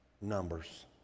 numbers